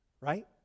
right